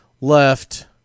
left